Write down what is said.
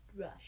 rush